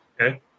Okay